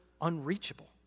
unreachable